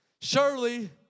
Surely